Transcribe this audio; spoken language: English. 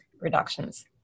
reductions